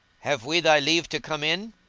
have we thy leave to come in?